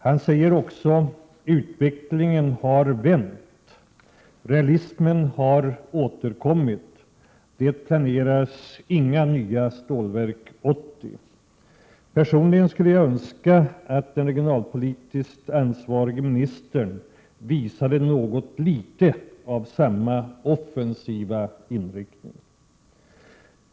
Han säger vidare: ”Utvecklingen har vänt, realismen har återkommit. Det planeras inga nya Stålverk 80.” Personligen skulle jag önska att den regionalpolitiskt ansvarige ministern visade något litet av samma offensiva inriktning.